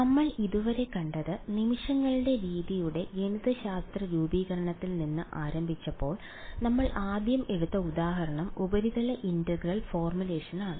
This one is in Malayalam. നമ്മൾ ഇതുവരെ കണ്ടത് നിമിഷങ്ങളുടെ രീതിയുടെ ഗണിതശാസ്ത്ര രൂപീകരണത്തിൽ നിന്ന് ആരംഭിച്ചപ്പോൾ നമ്മൾ ആദ്യം എടുത്ത ഉദാഹരണം ഉപരിതല ഇന്റഗ്രൽ ഫോർമുലേഷനാണ്